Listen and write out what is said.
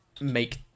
make